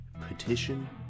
Petition